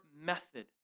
method